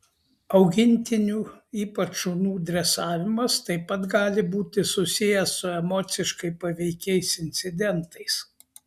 augintinių ypač šunų dresavimas taip pat gali būti susijęs su emociškai paveikiais incidentais